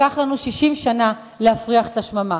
לקח לנו 60 שנה להפריח את השממה.